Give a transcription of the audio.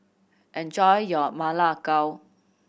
enjoy your Ma Lai Gao